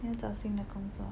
有找新的工作